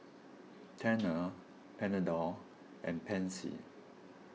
Tena Panadol and Pansy